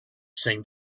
seemed